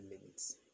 limits